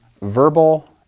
verbal